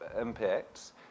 impacts